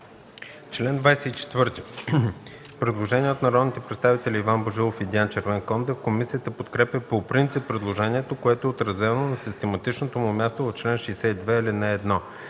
Член 24 – предложение от народните представители Иван Божилов и Диан Червенкондев. Комисията подкрепя по принцип предложението, което е отразено на систематичното му място в чл. 62, ал. 1.